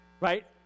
right